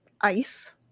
ice